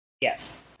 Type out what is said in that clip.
Yes